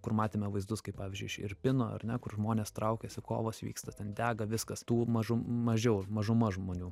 kur matėme vaizdus kaip pavyzdžiui iš irpino ar ne kur žmonės traukiasi kovos vyksta ten dega viskas tų mažum mažiau mažuma žmonių